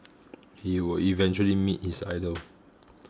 he would eventually meet his idol